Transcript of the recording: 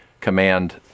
command